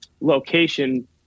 location